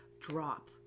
drop